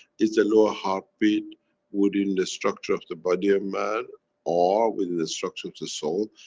is the lower heartbeat within the structure of the body of man or within the structure of the soul,